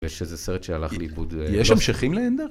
יש איזה סרט שהלך לאיבוד, יש המשכים לאנדר?